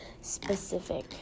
specific